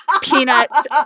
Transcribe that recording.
peanuts